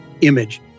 image